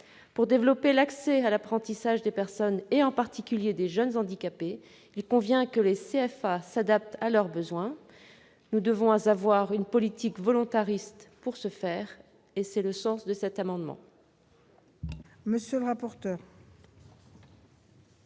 Pour développer l'accès à l'apprentissage, en particulier des jeunes handicapés, il convient que les CFA s'adaptent à leurs besoins. Nous devons avoir une politique volontariste pour cela. Tel est le sens de cet amendement.